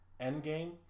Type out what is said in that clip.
Endgame